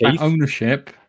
ownership